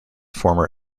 former